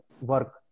work